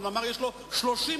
אפשר להעביר עודפים?